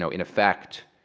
so in effect,